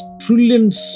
trillions